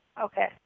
Okay